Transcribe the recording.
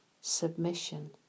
submission